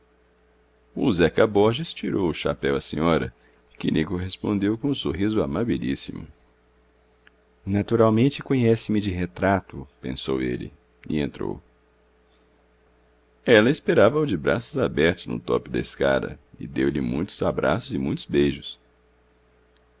zeca borges tirou o chapéu à senhora que lhe correspondeu com um sorriso amabilíssimo naturalmente conhece-me de retrato pensou ele e entrou ela esperava-o de braços abertos no tope da escada e deu-lhe muitos abraços e muitos beijos